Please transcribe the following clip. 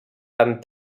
tant